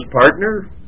partner